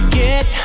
get